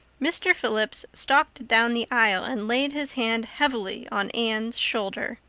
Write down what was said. mr. phillips stalked down the aisle and laid his hand heavily on anne's shoulder.